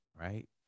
right